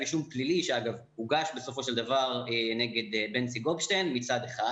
אישום פלילי שאגב הוגש בסופו של דבר נגד בנצי גופשטיין מצד אחד,